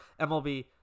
MLB